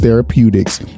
Therapeutics